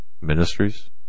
Ministries